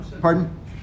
pardon